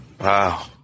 Wow